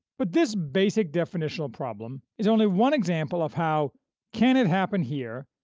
but this basic definitional problem is only one example of how can it happen here?